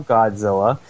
Godzilla